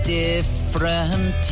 different